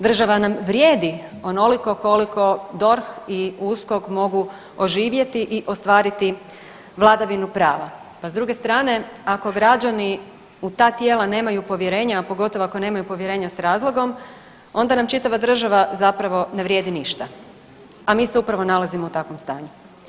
Država nam vrijedi onoliko koliko DORH i USKOK mogu oživjeti i ostvariti vladavinu prava, a s druge strane, ako građani u ta tijela nemaju povjerenja, a pogotovo ako nemaju povjerenja s razlogom, onda nam čitava država zapravo ne vrijedi ništa, a mi se upravo nalazimo u takvom stanju.